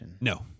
No